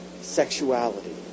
sexuality